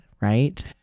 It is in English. right